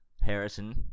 Harrison